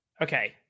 okay